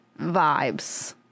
vibes